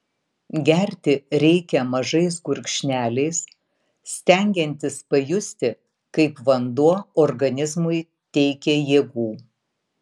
gerti reikia mažais gurkšneliais stengiantis pajusti kaip vanduo organizmui teikia jėgų